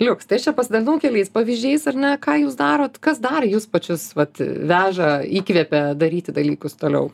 liuks tai aš čia pasidalinau keliais pavyzdžiais ar ne ką jūs darot kas dar jus pačius vat veža įkvepia daryti dalykus toliau